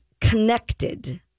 connected